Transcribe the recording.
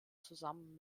zusammen